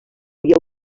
via